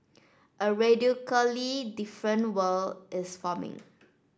a radically different world is forming